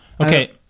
okay